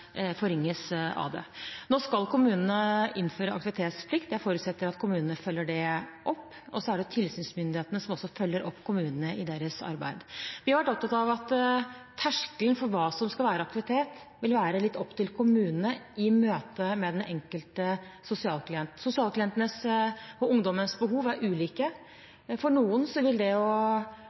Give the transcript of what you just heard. forringes av det. Nå skal kommunene innføre aktivitetsplikt, jeg forutsetter at kommunene følger det opp. Så er det tilsynsmyndighetene som følger opp kommunene i deres arbeid. Vi har vært opptatt av at terskelen for hva som skal være aktivitet, vil være litt opp til kommunene i møte med den enkelte sosialklient. Sosialklientenes og ungdommenes behov er ulike, men for noen vil det å komme seg ut døren og